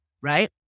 Right